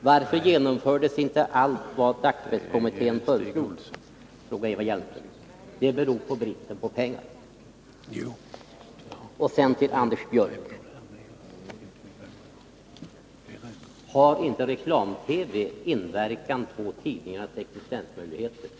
Varför genomfördes inte allt som dagspresskommittén föreslog, frågade Eva Hjelmström. Det beror på bristen på pengar. Sedan till Anders Björck: Har inte reklam-TV inverkan på tidningarnas 109 existensmöjligheter?